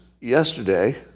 yesterday